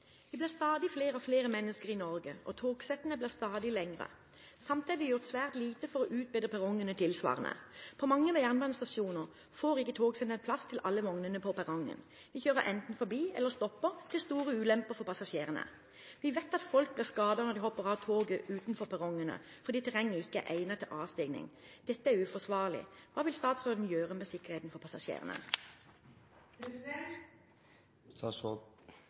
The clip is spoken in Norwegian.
gjort svært lite for å utbedre perrongene tilsvarende. På mange jernbanestasjoner får ikke togsettene plass til alle vognene på perrongen, de kjører enten forbi eller stopper, til stor ulempe for passasjerene. Vi vet at folk blir skadet når de må hoppe av toget utenfor perrongene, fordi terrenget ikke er egnet til avstigning. Dette er uforsvarlig. Hva vil statsråden gjøre med sikkerheten for